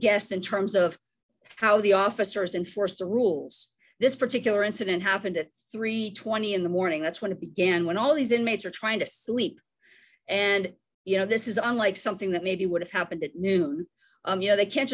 guess in terms of how the officers enforce the rules this particular incident happened at three twenty in the morning that's when it began when all these inmates are trying to sleep and you know this is unlike something that maybe would have happened at noon you know they can't